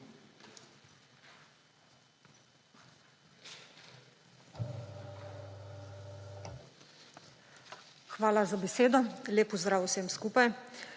Hvala za besedo. Lep pozdrav vsem skupaj!